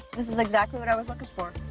this is exactly what i was looking for.